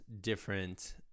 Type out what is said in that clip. different